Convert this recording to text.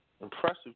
impressive